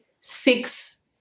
six